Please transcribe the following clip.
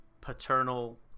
paternal